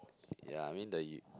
ya I mean the u~